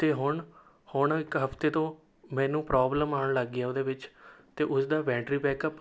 ਅਤੇ ਹੁਣ ਹੁਣ ਇੱਕ ਹਫਤੇ ਤੋਂ ਮੈਨੂੰ ਪ੍ਰੋਬਲਮ ਆਉਣ ਲੱਗ ਗਈ ਹੈ ਉਹਦੇ ਵਿੱਚ ਅਤੇ ਉਸ ਦਾ ਬੈਟਰੀ ਬੈਕਅੱਪ